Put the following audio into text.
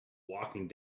walking